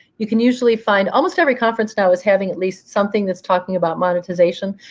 you can usually find almost every conference now is having at least something that's talking about monetization.